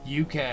UK